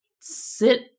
Sit